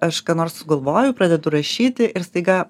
aš ką nors sugalvoju pradedu rašyti ir staiga